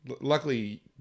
Luckily